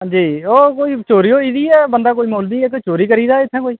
ओह् चोरी होई दी ऐ ते बंदा कोई मौलवी ओह् चोरी करी दा इत्थें ई